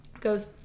goes